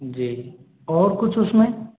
जी और कुछ उसमें